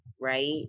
right